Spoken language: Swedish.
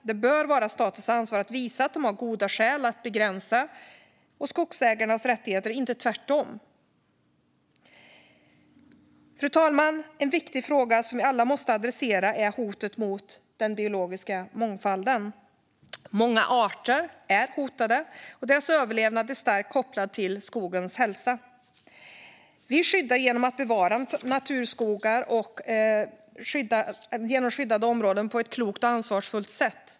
Det bör vara statens ansvar att visa att de har goda skäl att begränsa skogsägarnas rättigheter, inte tvärtom. Fru talman! En viktig fråga som vi alla måste adressera är hotet mot den biologiska mångfalden. Många arter är hotade, och deras överlevnad är starkt kopplad till skogens hälsa. Vi skyddar genom att bevara naturskogar och skapa skyddade områden på ett klokt och ansvarsfullt sätt.